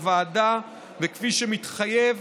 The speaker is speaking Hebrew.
וכפי שמתחייב